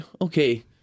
Okay